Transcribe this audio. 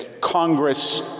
Congress